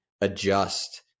adjust